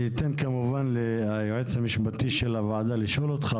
אני אתן כמובן ליועץ המשפטי של הוועדה לשאול אותך,